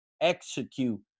execute